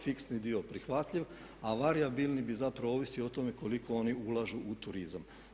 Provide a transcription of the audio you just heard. Fiksni dio prihvatljiv, a varijabilni bi zapravo ovisio o tome koliko oni ulažu u turizam.